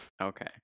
okay